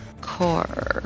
Core